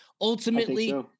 Ultimately